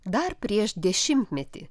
dar prieš dešimtmetį